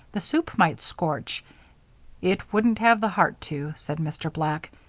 the soup might scorch it wouldn't have the heart to, said mr. black.